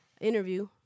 interview